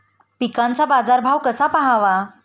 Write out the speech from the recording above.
पिकांचा बाजार भाव कसा पहावा?